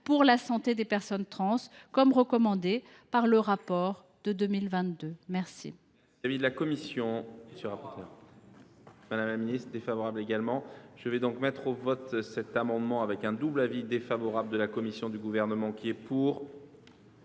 pour la santé des personnes trans, comme le recommande le rapport de 2022. Quel